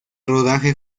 rodaje